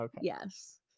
Yes